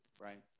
right